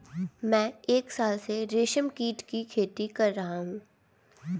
मैं एक साल से रेशमकीट की खेती कर रहा हूँ